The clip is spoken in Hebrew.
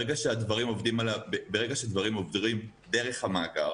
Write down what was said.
ברגע שדברים עוברים דרך המאגר,